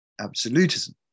absolutism